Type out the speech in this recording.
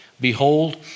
Behold